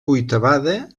vuitavada